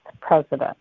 president